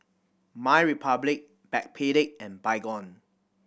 MyRepublic Backpedic and Baygon